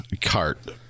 cart